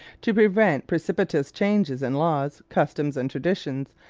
to prevent precipitous changes in laws, customs and traditions,